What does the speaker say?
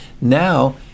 now